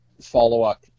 follow-up